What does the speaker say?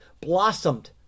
blossomed